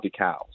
DeCals